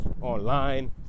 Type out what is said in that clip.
online